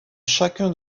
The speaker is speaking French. chacun